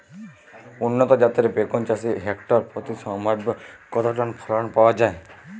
উন্নত জাতের বেগুন চাষে হেক্টর প্রতি সম্ভাব্য কত টন ফলন পাওয়া যায়?